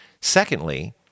Secondly